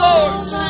Lords